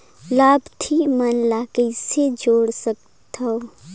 लाभार्थी मन ल कइसे जोड़ सकथव?